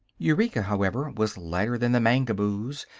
eureka, however, was lighter than the mangaboos,